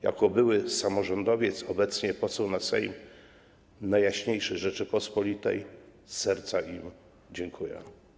Jako były samorządowiec, obecnie poseł na Sejm Najjaśniejszej Rzeczypospolitej, z serca im dziękuję.